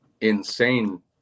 insane